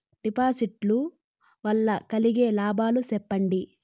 డిపాజిట్లు లు వల్ల కలిగే లాభాలు సెప్పండి?